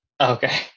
Okay